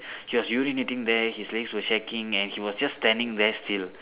he was urinating there his legs was shaking and he was just standing there still